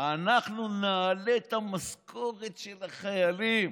אנחנו נעלה את המשכורת של החיילים.